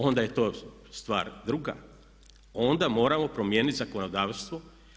Onda je to stvar druga, onda moramo promijeniti zakonodavstvo.